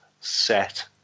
set